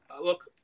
Look